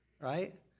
right